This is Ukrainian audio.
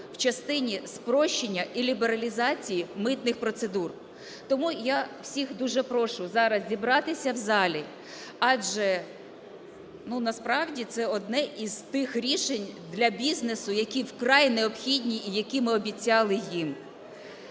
в частині спрощення і лібералізації митних процедур. Тому я всіх дуже прошу зараз зібратися в залі, адже… Ну, насправді, це одне з тих рішень для бізнесу, які вкрай необхідні і які ми обіцяли їм.